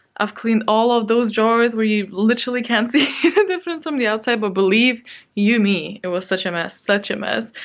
cleaned all of those drawers where you literally can't see difference from the outside, but believe you me it was such a mess. such a mess.